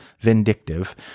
vindictive